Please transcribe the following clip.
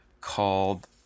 called